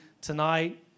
tonight